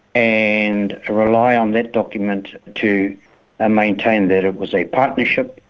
and ah rely on that document to ah maintain that it was a partnership,